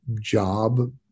job